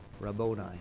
Rabboni